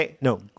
no